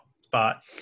spot